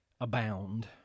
abound